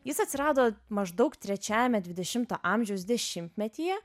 jis atsirado maždaug trečiajame dvidešimo amžiaus dešimtmetyje